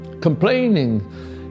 complaining